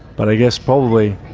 but i guess probably,